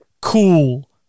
cool